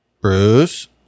Bruce